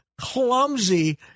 clumsy